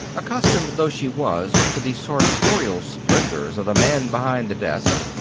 accustomed though she was to the sartorial splendors of the man behind the desk,